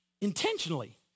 intentionally